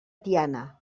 tiana